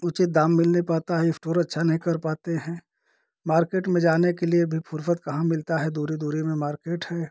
उचित दाम मिल नहीं पाता है इस्टोर अच्छा नहीं कर पाते हैं मार्केट में जाने के लिए भी फुरसत कहाँ मिलता है दूरी दूरी में मार्केट है